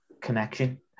connection